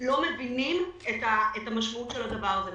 לא מבינים את המשמעות של הדבר הזה.